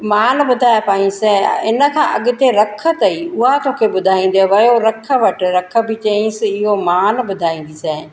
मां न ॿुधाया पाईंसि हिन खां अॻिते रख अथईं हुआ तोखे ॿुधाईंदे वियो रख वठ रख बि चईंसि इहो मां न ॿुधाईंदीसीं ऐं